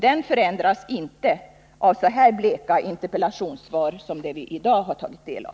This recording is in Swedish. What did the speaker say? Den förändras inte av så bleka interpellationssvar som det vi i dag har tagit del av.